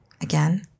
Again